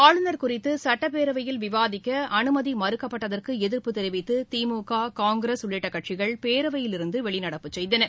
ஆளுநர் குறித்துசட்டப்பேரவையில் விவாதிக்கஅனுமதிமறுக்கப்பட்டதற்குஎதிர்ப்பு தெரிவித்துதிமுக காங்கிரஸ் உள்ளிட்டகட்சிகள் பேரவையில் இருந்துவெளிநடப்பு செய்தன